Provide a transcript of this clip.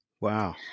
Wow